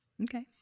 Okay